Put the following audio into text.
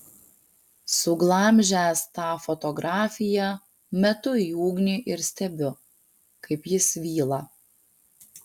suglamžęs tą fotografiją metu į ugnį ir stebiu kaip ji svyla